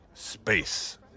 space